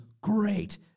great